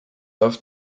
auf